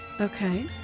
Okay